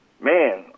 man